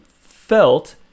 felt